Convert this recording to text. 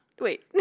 Wait